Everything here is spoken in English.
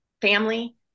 family